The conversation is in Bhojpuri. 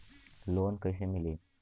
लोन कईसे मिली?